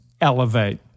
elevate